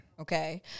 Okay